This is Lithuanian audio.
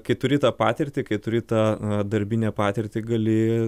kai turi tą patirtį kai turi tą darbinę patirtį gali